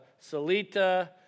Salita